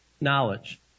knowledge